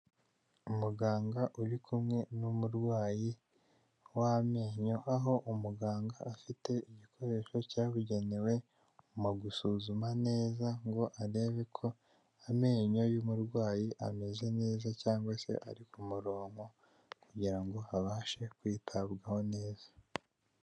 Umuganga uri kumwe n'umurwayi w'amenyo, aho umuganga afite igikoresho cyabugenewe, mu gusuzuma neza ngo arebe ko amenyo y'umurwayi ameze neza cyangwa se ari ku murongo kugira ngo abashe kwitabwaho neza.